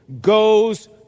goes